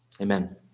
Amen